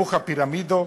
היפוך הפירמידה,